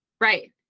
Right